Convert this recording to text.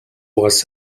was